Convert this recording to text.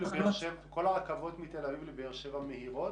כל הרכבות מתל אביב לבאר שבע מהירות,